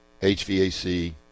HVAC